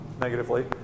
negatively